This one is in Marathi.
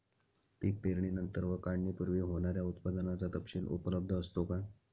पीक पेरणीनंतर व काढणीपूर्वी होणाऱ्या उत्पादनाचा तपशील उपलब्ध असतो का?